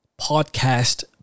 podcast